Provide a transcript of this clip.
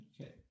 Okay